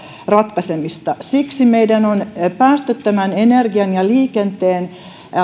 ratkaisemista siksi meidän on päästöttömän energian ja liikenteen